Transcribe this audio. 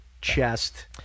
Chest